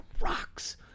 rocks